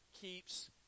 keeps